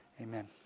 Amen